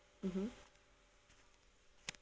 mmhmm